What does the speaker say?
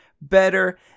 better